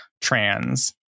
trans